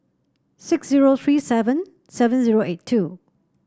six zero three seven seven zero eight two